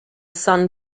sun